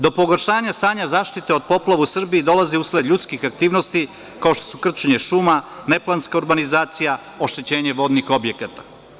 Do pogoršanja stanja zaštite od poplava u Srbiji dolazi usled ljudskih aktivnosti, kao što su krčenje šuma, neplanska urbanizacija, oštećenje vodnih objekata.